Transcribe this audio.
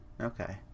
okay